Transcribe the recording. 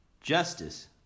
justice